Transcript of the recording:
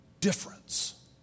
difference